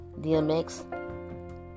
DMX